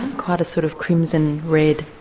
quite a sort of crimson red,